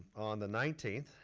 on the nineteenth,